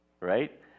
right